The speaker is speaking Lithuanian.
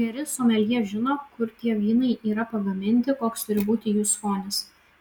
geri someljė žino kur tie vynai yra pagaminti koks turi būti jų skonis